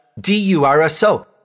d-u-r-s-o